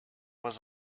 was